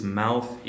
mouth